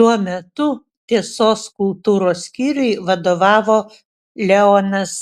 tuo metu tiesos kultūros skyriui vadovavo leonas